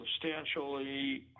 substantially